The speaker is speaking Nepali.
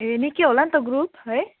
ए निकै होला नि त ग्रुप है